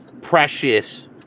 Precious